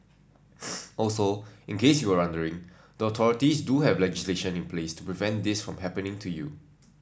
also in case you were wondering the authorities do have legislation in place to prevent this from happening to you